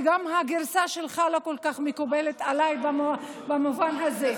וגם הגרסה שלך לא כל כך מקובלת עליי במובן הזה,